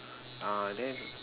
ah there